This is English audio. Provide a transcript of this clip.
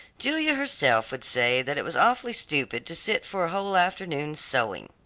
julia herself would say that it was awfully stupid to sit for a whole afternoon, sewing.